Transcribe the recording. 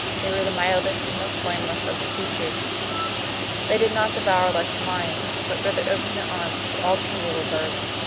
they were the mildest and most blameless of the creatures they did not devour like the lions, but rather opened their arms to all the little birds.